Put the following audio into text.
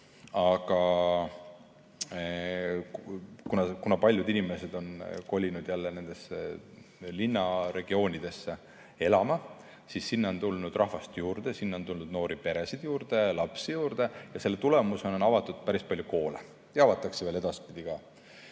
aga kuna paljud inimesed on kolinud linnaregioonidesse elama, siis sinna on tulnud rahvast juurde, sinna on tulnud noori peresid juurde ja lapsi juurde ning selle tulemusena on avatud päris palju koole ja avatakse ka edaspidi.